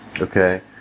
okay